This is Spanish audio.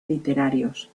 literarios